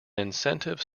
incentive